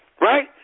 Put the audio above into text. Right